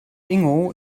ingo